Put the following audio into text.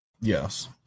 Yes